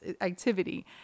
activity